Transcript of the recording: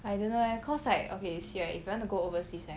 I don't know leh cause like okay you see right if you want to go overseas right